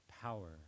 power